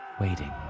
waiting